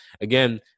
Again